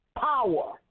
power